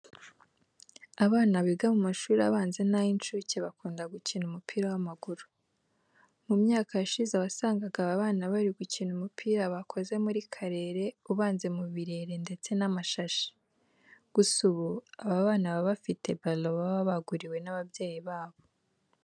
Abana biga mu mashuri abanza n'ay'inshuke bakunda gukina umupira w'amaguru. Mu myaka yashize wasangaga aba bana bari gukina umupira bakoze muri karere ubanze mu birere ndetse n'amashashi. Gusa ubu, aba bana baba bafite balo baba baraguriwe n'ababyeyi babo.